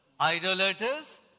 idolaters